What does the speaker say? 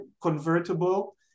convertible